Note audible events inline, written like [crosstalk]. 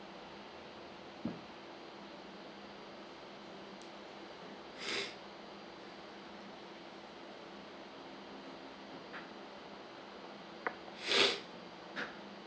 [noise]